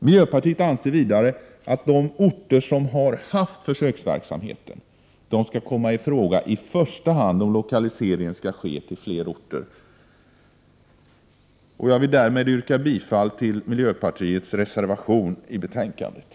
Miljöpartiet anser vidare att de orter som har haft försöksverksamheten i första hand skall komma i fråga om lokaliseringen skall ske till fler orter. Därmed vill jag yrka bifall till miljöpartisternas reservation i betänkandet.